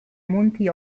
monti